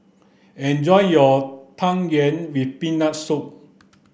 enjoy your tang yuen with peanut soup